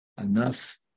Enough